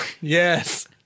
yes